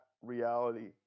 reality